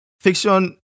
Fiction